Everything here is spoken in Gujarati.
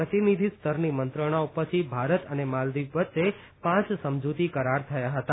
પ્રતિનિધિ સ્તરની મંત્રણાઓ પછી ભારત અને માલદિવ વચ્ચે પાંચ સમજૂતી કરાર થયા હતા